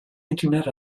internet